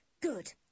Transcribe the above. Good